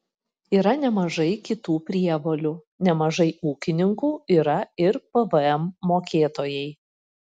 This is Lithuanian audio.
yra nemažai kitų prievolių nemažai ūkininkų yra ir pvm mokėtojai